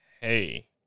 hey